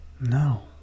No